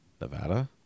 nevada